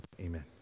Amen